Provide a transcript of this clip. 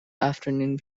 afternoon